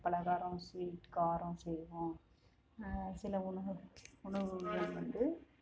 பலகாரம் ஸ்வீட் காரம் செய்வோம் சில உணவு உணவுகள் வந்து